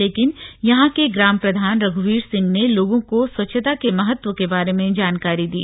लेकिन यहां के ग्राम प्रधान रघ्वीर सिंह ने लोगों को स्वच्छता के महत्व के बारे में जानकारी दी